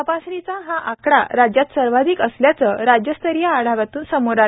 तपासणीचा हा का आकडा राज्यात सर्वाधिक असल्याचे राज्यस्तरीय आढाव्यातून समोर आले आहे